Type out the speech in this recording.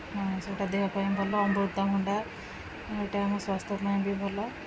ହଁ ସେଇଟା ଦେହ ପାଇଁ ଭଲ ଅମୃତଭଣ୍ଡା ଏଇଟା ଆମ ସ୍ୱାସ୍ଥ୍ୟ ପାଇଁ ବି ଭଲ